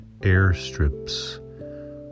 airstrips